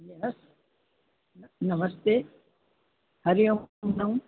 ह नमस्ते हरि ओम ॿुधायो